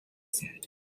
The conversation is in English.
said